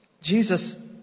Jesus